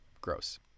Gross